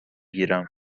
گیرم